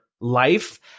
life